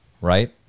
right